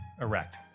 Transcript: Erect